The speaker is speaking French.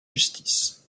justice